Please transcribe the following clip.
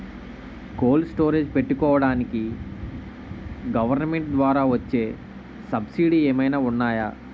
Cold storage పెట్టుకోడానికి government ద్వారా వచ్చే సబ్సిడీ ఏమైనా ఉన్నాయా?